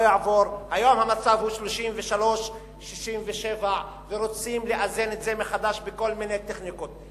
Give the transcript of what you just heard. היום המצב הוא 67% 33% ורוצים לאזן את זה מחדש בכל מיני טכניקות.